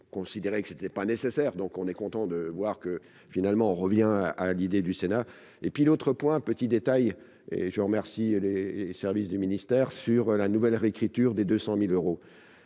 considéré que ce n'était pas nécessaire, donc on est content de voir que, finalement, on revient à l'idée du Sénat et puis l'autre point, petit détail, et je remercie les services du ministère sur la nouvelle réécriture des 200000 euros,